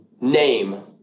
name